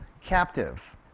captive